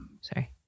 sorry